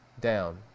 down